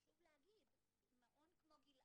חשוב להגיד, מעון כמו 'גילעם'